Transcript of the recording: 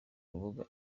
rubuga